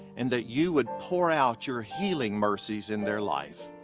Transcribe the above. and that you would pour out your healing mercies in their life.